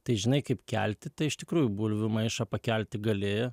tai žinai kaip kelti tai iš tikrųjų bulvių maišą pakelti gali